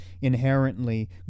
inherently